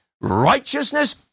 Righteousness